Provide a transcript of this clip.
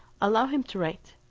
allow him to write.